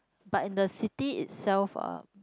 but in the city itself um